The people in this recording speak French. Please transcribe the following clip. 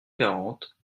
quarante